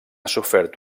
sofert